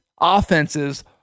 offenses